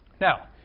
Now